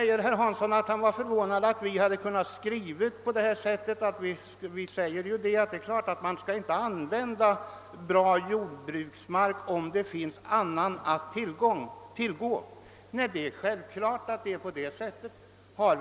Herr Hansson säger att han är förvånad över att utskottet har kunnat skriva på det sätt som skett, nämligen att god åkerjord inte bör användas för sådant ändamål som det här gäller, om det finns annan mark att tillgå. Det är självklart att det förhåller sig på det sättet.